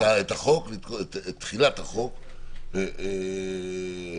תחילת החוק ושלום.